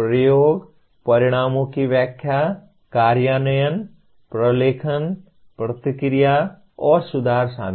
प्रयोग परिणामों की व्याख्या कार्यान्वयन प्रलेखन प्रतिक्रिया और सुधार शामिल हैं